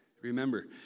Remember